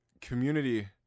community